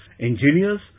engineers